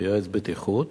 ויועץ בטיחות